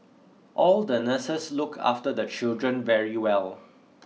all the nurses look after the children very well